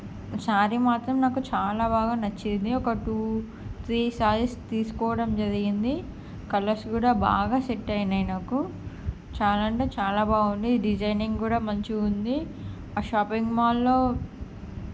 sorry మాత్రం నాకు చాలా బాగా నచ్చింది ఒక టూ త్రీ సారీస్ తీసుకోవటం జరిగింది కలర్స్ కూడా బాగా సెట్ అయినై నాకు చాలా అంటే చాలా బాగున్నాయి డిజైనింగ్ కూడా మంచిగా ఉంది ఆ షాపింగ్ మాల్లో